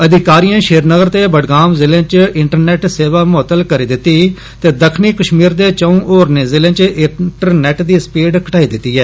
अधिकारिए श्रीनगर ते बड़गाम जिले च इंटरनेट सेवा मुअत्तल करी दित्ती ऐ ते दक्खनी कश्मीर दे चौं होरने जिले च इंटरनेट दी स्पीड घटाई दित्ती ऐ